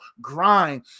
grind